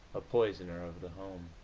a poisoner of the home.